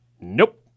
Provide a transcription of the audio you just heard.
Nope